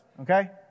okay